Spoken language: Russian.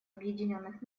объединенных